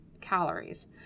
calories